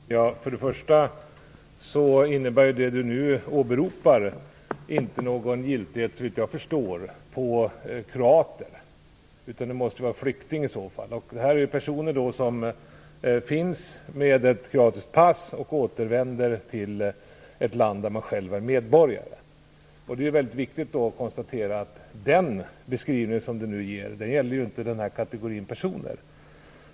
Fru talman! För det första innebär det Ulla Hoffmann nu åberopar inte, såvitt jag förstår, någon giltighet för kroater, utan det måste i så fall vara flyktingar. Det här är personer som har kroatiska pass och återvänder till ett land där de själva är medborgare. Det är då viktigt att konstatera att den beskrivning som Ulla Hoffmann nu ger inte gäller den här kategorin personer.